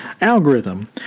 algorithm